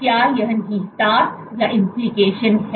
तो क्या निहितार्थ है